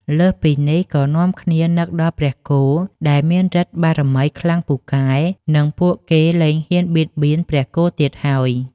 លើសពីនេះ ក៏នាំគ្នានឹកដល់ព្រះគោដែលមានឬទ្ធិបារមីខ្លាំងពូកែ និងពួកគេលែងហ៊ានបៀតបៀនព្រះគោទៀតហើយ។